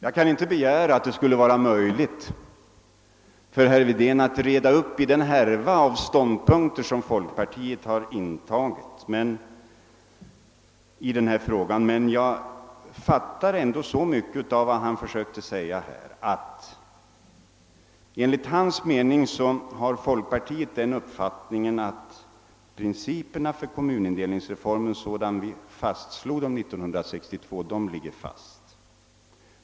Jag kan inte begära att det skall vara möjligt för herr Wedén att reda upp den härva av ståndpunkter som folkpartiet har intagit i denna fråga, men jag fattade ändå så mycket av vad han försökte säga som att folkpartiet enligt hans mening har den uppfattningen att de principer för kommunindelningsreformen som vi fastslog 1962 ligger fast.